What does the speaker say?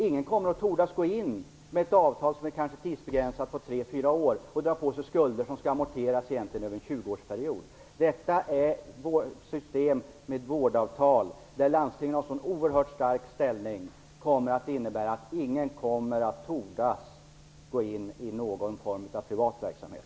Ingen kommer att tordas gå in med ett avtal som kanske är tidsbegränsat till tre fyra år och dra på sig skulder som egentligen skall amorteras över en tjugoårsperiod. Ett system med vårdavtal där landstingen har så oerhört stark ställning, kommer att innebära att ingen kommer att tordas gå in i någon form av privat verksamhet.